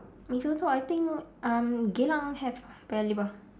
mee soto I think um geylang have paya-lebar